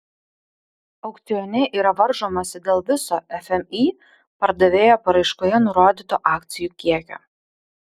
aukcione yra varžomasi dėl viso fmį pardavėjo paraiškoje nurodyto akcijų kiekio